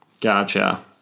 Gotcha